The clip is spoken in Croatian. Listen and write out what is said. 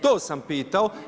To sam pitao.